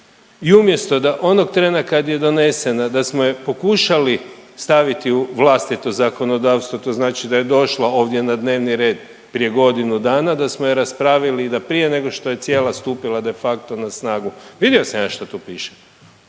i umjesto da onog trena kad je donesena da smo je pokušali staviti u vlastito zakonodavstvo to znači da je došla ovdje na dnevni red prije godinu dana, da smo je raspravili i da prije nego što je cijela stupila de facto na snagu. Vidio sam ja šta tu piše